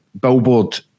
billboard